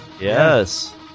Yes